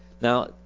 Now